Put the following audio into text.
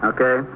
Okay